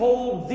hold